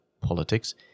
politics